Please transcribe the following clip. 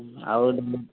ଆଉ